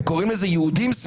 הם קוראים לזה יהודים,